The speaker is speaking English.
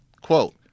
quote